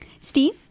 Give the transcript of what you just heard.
Steve